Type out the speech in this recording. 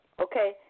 okay